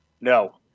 No